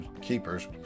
keepers